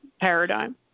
paradigm